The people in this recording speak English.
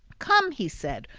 come! he said,